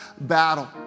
battle